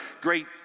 great